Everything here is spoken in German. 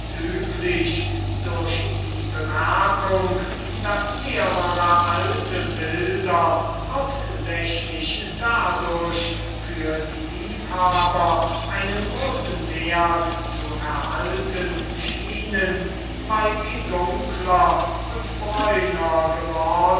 durch die bemerkung daß mehrere alte bilder hauptsächlich dadurch für die liebhaber einen großen wert zu erhalten schienen weil sie dunkler und bräuner